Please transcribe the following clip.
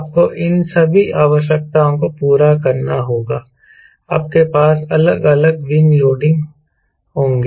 आपको इन सभी आवश्यकताओं को पूरा करना होगा आपके पास अलग अलग विंग लैंडिंग होंगे